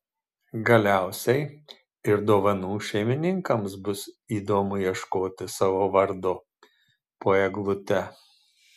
galiausiai ir dovanų šeimininkams bus įdomu ieškoti savo vardo po eglute